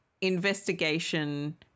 investigation